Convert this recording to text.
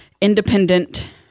independent